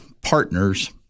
partners